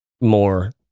more